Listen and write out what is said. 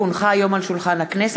כי הונחה היום על שולחן הכנסת,